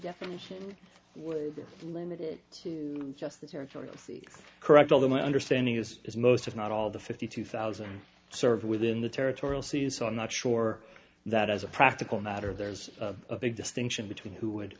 definition would be limited to just the territorial sea correct although my understanding is as most if not all of the fifty two thousand served within the territorial sea is so i'm not sure that as a practical matter there's a big distinction between who would